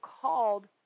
called